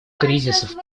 кризисов